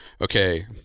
okay